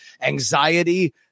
anxiety